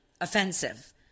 offensive